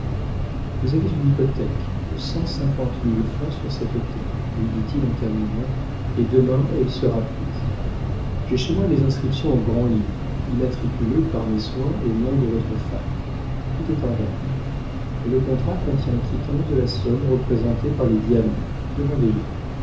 vous avez une hypothèque de cent cinquante mille francs sur cet hôtel lui dit-il en terminant et demain elle sera prise j'ai chez moi les inscriptions au grand-livre immatriculées par mes soins au nom de votre femme tout est en règle mais le contrat contient quittance de la somme représentée par les diamants demandez les